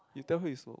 you tell her you somke